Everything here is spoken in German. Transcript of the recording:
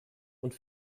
und